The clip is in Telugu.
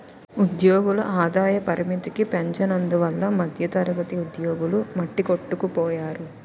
ఉద్యోగుల ఆదాయ పరిమితికి పెంచనందువల్ల మధ్యతరగతి ఉద్యోగులు మట్టికొట్టుకుపోయారు